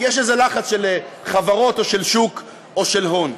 כי יש איזה לחץ של חברות או של שוק או של הון.